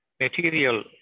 material